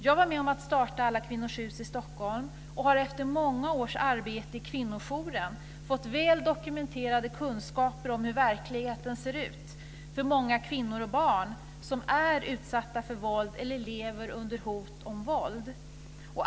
Jag var med om att starta Alla Kvinnors Hus i Stockholm och har efter många års arbete i kvinnojouren fått väl dokumenterade kunskaper om hur verkligheten ser ut för många kvinnor och barn som är utsatta för våld eller lever under hot om våld.